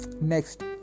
Next